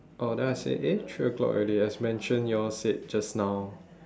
oh then one I say eh three o-clock ready as mentioned you all said just now